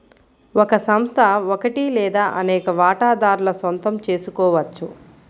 ఒక సంస్థ ఒకటి లేదా అనేక వాటాదారుల సొంతం చేసుకోవచ్చు